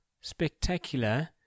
spectacular